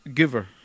giver